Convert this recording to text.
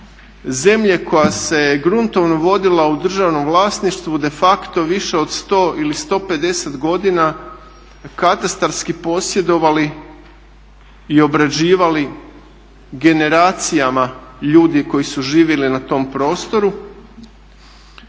zemlje koja se je gruntovno vodila u državnom vlasništvu de facto više od 100 ili 150 godina katastarski posjedovali i obrađivali generacijama ljudi koji su živjeli na tom prostoru.